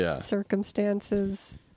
circumstances